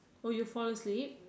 oh you fall asleep